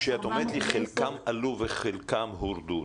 כשאת אומרת לי חלקם עלו וחלקם הורדו,